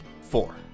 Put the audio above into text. four